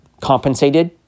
compensated